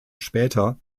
später